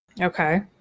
Okay